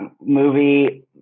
movie